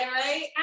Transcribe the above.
right